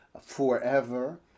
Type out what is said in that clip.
forever